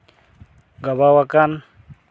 ᱜᱟᱵᱟᱣᱟᱠᱟᱱ